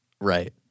right